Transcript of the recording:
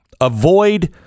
Avoid